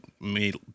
made